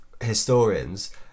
historians